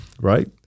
right